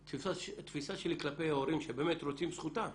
התפיסה שלי כלפי הורים שבאמת רוצים, זכותם,